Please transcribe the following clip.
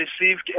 received